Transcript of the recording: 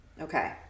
Okay